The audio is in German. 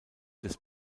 des